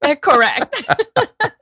Correct